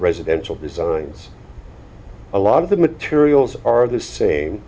residential designs a lot of the materials are the same